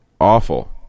awful